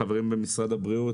חברים במשרד הבריאות,